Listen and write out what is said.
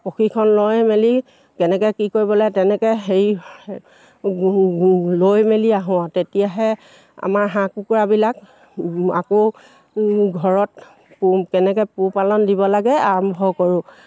প্ৰশিক্ষণ লৈ মেলি কেনেকৈ কি কৰিব লাগে তেনেকৈ হেৰি লৈ মেলি আহোঁ আৰু তেতিয়াহে আমাৰ হাঁহ কুকুৰাবিলাক আকৌ ঘৰত পো কেনেকৈ পোহপালন দিব লাগে আৰম্ভ কৰোঁ